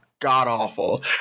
god-awful